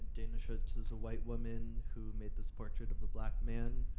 dana schultz is a white woman who made this portrait of a black man.